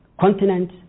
continent